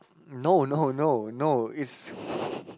no no no no it's